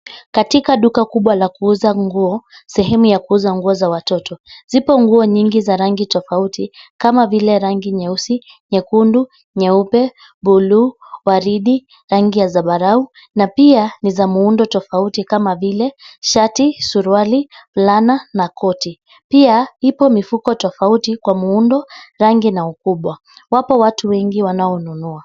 Katika duka kubwa la kuuza nguo, sehemu ya kuuza nguo za watoto. Zipo nguo nyingi za rangi tofauti, kama vile nguo za rangi nyeusi, nyekundu, nyeupe, buluu, waridi, rangi ya zambarau na pia ni za muundo tofauti kama vile shati, suruali, fulana na koti. Pia ipo mifuko tofauti kwa muundo , rangi na ukubwa. Wapo watu wengi wanaonunua.